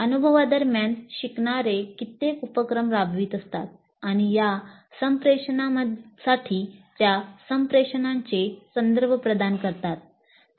अनुभवा दरम्यान शिकणारे कित्येक उपक्रम राबवित असतात आणि या संप्रेषणांसाठी त्या संप्रेषणांचे संदर्भ प्रदान करतात